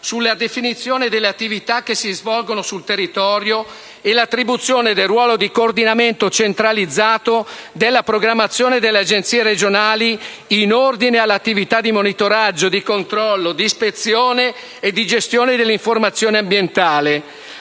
sulla definizione delle attività che si svolgono sul territorio e l'attribuzione del ruolo di coordinamento centralizzato della programmazione delle Agenzie regionali in ordine all'attività di monitoraggio, di controllo, di ispezione e di gestione dell'informazione ambientale.